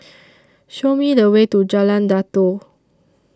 Show Me The Way to Jalan Datoh